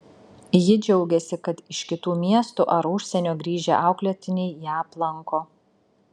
ji džiaugiasi kad iš kitų miestų ar užsienio grįžę auklėtiniai ją aplanko